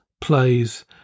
plays